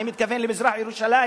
אני מתכוון למזרח-ירושלים.